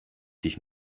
dich